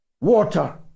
water